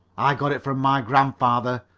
i got it from my grandfather,